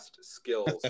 skills